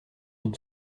une